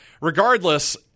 regardless